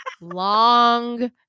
Long